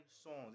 songs